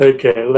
Okay